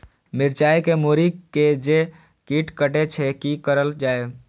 मिरचाय के मुरी के जे कीट कटे छे की करल जाय?